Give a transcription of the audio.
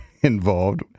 involved